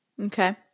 Okay